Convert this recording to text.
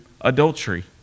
adultery